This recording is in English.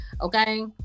Okay